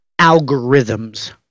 algorithms